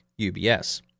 UBS